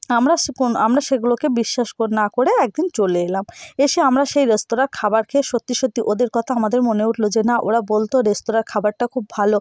আমরা সে কোন আমরা সেগুলোকে বিশ্বাস কো না করে এক দিন চলে এলাম এসে আমরা সেই রেস্তোরাঁর খাবার খেয়ে সত্যি সত্যি ওদের কতা আমাদের মনে উঠলো যে না ওরা বলতো রেস্তোরাঁর খাবারটা খুব ভালো